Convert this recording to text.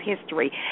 history